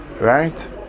right